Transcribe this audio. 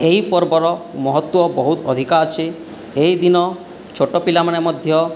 ଏହି ପର୍ବର ମହତ୍ତ୍ଵ ବହୁତ ଅଧିକ ଅଛି ଏହି ଦିନ ଛୋଟ ପିଲାମାନେ ମଧ୍ୟ